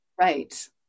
Right